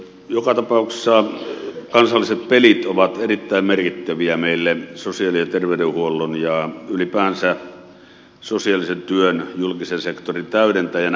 joka tapauksessa kansalliset pelit ovat erittäin merkittäviä meille sosiaali ja terveydenhuollon ja ylipäänsä sosiaalisen työn julkisen sektorin täydentäjinä